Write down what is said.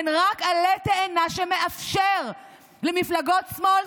הן רק עלה תאנה שמאפשר למפלגות שמאל,